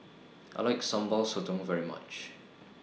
I like Sambal Sotong very much